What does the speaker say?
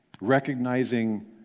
recognizing